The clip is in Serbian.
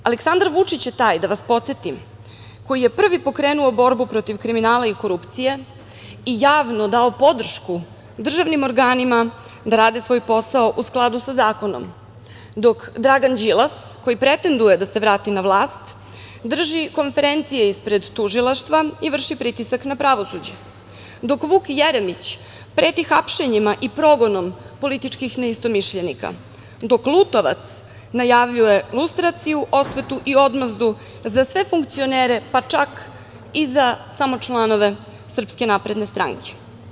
Aleksandar Vučić je taj, da vas podsetim, koji je privi pokrenuo borbu protiv kriminala i korupcije i javno dao podršku državnim organima da rade svoj posao, u skladu sa zakonom, dok Dragan Đilas, koji pretenduje da se vrati na vlast, drži konferencije ispred tužilaštva i vrši pritisak na pravosuđe, dok Vuk Jeremić preti hapšenjima i progonom političkih neistomišljenika, dok Lutovac najavljuje lustraciju, osvetu i odmazdu za sve funkcionere, pa čak i za samo članove SNS.